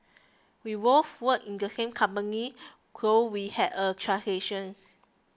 we both work in the same company so we had a transaction